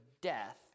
death